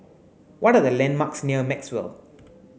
what are the landmarks near Maxwell